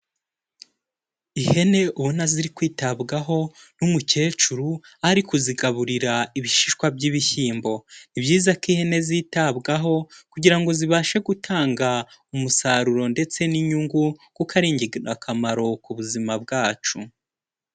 Ihene ubona ziri kwitabwaho n'umukecuru ari kuzigaburira ibishishwa by'ibishyimbo, ni byiza ko ihene zitabwaho kugira ngo zibashe gutanga umusaruro ndetse n'inyungu kuko ari ingirakamaro ku buzima bwacu.